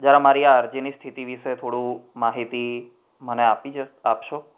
જરા મારી આ અરજીની સ્થિતિ વિશે થોડું માહિતી મને આપી જ આપશો